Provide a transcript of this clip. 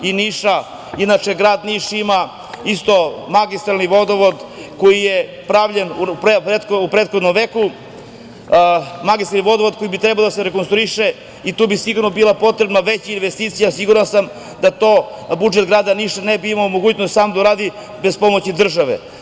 Grad Niš ima magistralni vodovod koji je pravljen u prethodnom veku, magistralni vodovod koji bi trebao da se rekonstruiše i tu bi sigurno bila potrebna veća investicija, siguran sam da to budžet grada Niša ne bi imao mogućnost sam da uradi bez pomoći države.